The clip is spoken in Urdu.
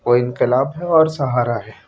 وہ انقلاب ہے اور سہارا ہے